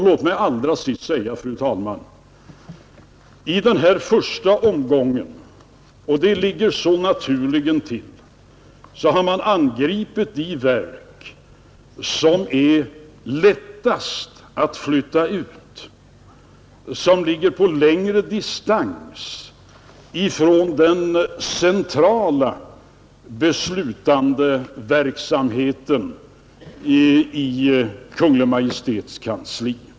Låt mig allra sist säga att i den här första omgången har vi — det är fullt naturligt — börjat med de verk som är lättast att flytta ut, som ligger på längre distans från den centrala beslutandeverksamheten i Kungl. Maj:ts kansli.